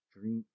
drink